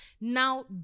now